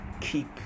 Keep